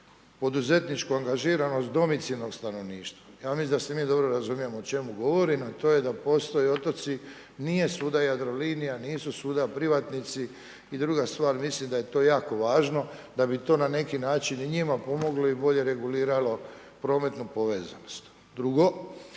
poduzetničku angažiranost domicilnog stanovništva, ja mislim da se mi dobro razumijemo o čemu govorim, a to je da postoje otoci nije svuda Jadrolinija, nisu svuda privatnici i druga stvar mislim da je to jako važno, da bi to na neki način i njima pomoglo i bolje reguliralo prometnu povezanost. Drugo,